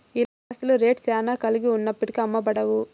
ఇలాంటి ఆస్తుల రేట్ శ్యానా కలిగి ఉన్నప్పటికీ అమ్మబడవు